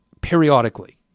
periodically